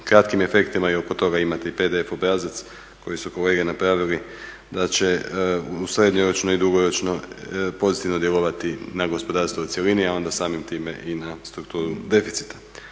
kratkim efektima i oko toga imati PDF obrazac koji su kolege napravili, da će u srednjoročno i dugoročno pozitivno djelovati na gospodarstvo u cjelini, a onda samim time i na strukturu deficita.